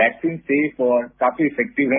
vaccine safe और काफी effective है